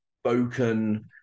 spoken